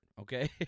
okay